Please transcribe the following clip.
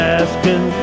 asking